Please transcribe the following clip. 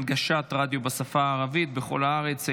הנגשת רדיו בשפה הערבית בכל הארץ),